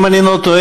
אם אני לא טועה,